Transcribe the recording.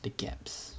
the gaps